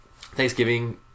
Thanksgiving